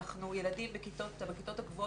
ילדים בכיתות הגבוהות,